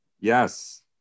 Yes